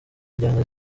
injyana